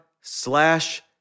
slash